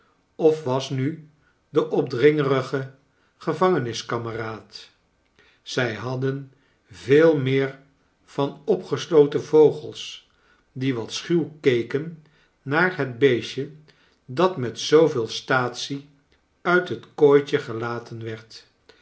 oi was nu de opdringerige gevangeniskameraad zij hadden veel meer van opgesloten vogels die wat schuw keken naar het beestje dat met zooveel staatsie uit het kooitje gelaten werd